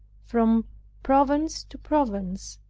from province to province,